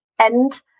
end